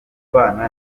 bana